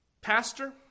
Pastor